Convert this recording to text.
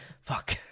Fuck